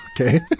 Okay